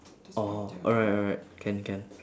orh alright alright can can